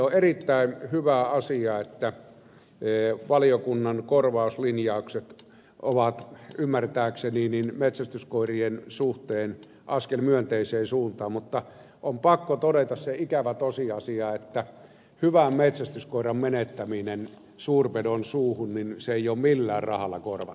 on erittäin hyvä asia että valiokunnan korvauslinjaukset ovat ymmärtääkseni metsästyskoirien suhteen askel myönteiseen suuntaan mutta on pakko todeta se ikävä tosiasia että hyvän metsästyskoiran menettäminen suurpedon suuhun ei ole millään rahalla korvattavissa